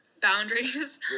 Boundaries